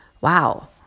wow